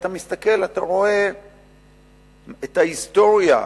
אתה מסתכל ורואה את ההיסטוריה שלנו,